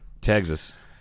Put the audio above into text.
Texas